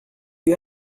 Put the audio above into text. you